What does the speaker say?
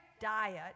diet